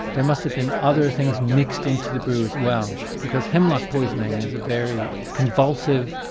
there must have been other things mixed into the brew as well, because hemlock poisoning is a very convulsive,